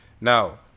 Now